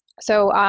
so,